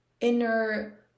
inner